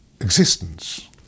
existence